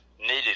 needed